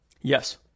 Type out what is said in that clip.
yes